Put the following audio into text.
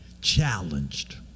challenged